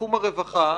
בתחום הרווחה,